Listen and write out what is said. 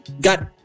Got